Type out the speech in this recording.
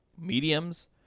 mediums